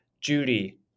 Judy